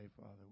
Father